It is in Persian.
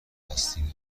دستی